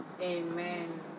Amen